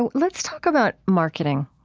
but let's talk about marketing.